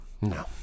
No